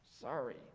Sorry